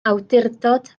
awdurdod